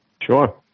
Sure